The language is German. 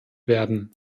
werden